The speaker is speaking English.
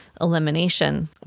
elimination